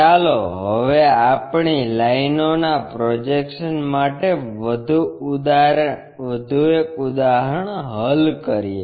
ચાલો હવે આપણી લાઈનોના પ્રોજેક્શન માટે વધુ એક ઉદાહરણ હલ કરીએ